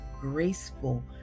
graceful